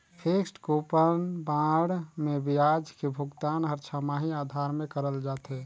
fixed coupon bond मे बियाज के भुगतान हर छमाही आधार में करल जाथे